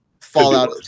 fallout